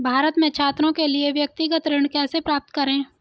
भारत में छात्रों के लिए व्यक्तिगत ऋण कैसे प्राप्त करें?